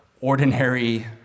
ordinary